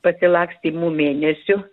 pasilakstymo mėnesiu